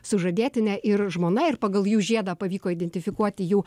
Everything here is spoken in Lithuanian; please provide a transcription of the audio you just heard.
sužadėtinė ir žmona ir pagal jų žiedą pavyko identifikuoti jų